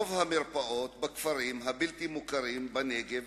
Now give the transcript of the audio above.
רוב המרפאות בכפרים הבלתי-מוכרים בנגב